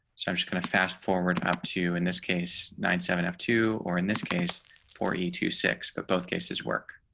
so i just kind of fast forward up to in this case, nine, seven f two, or in this case for a to six, but both cases work.